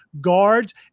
guards